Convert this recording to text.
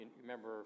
Remember